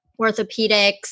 orthopedics